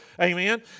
amen